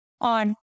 on